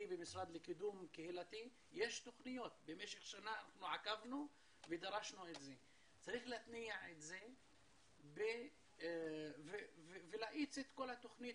שתיים, שעד שהתוכנית מאושרת ועד שגלגלי הבירוקרטיה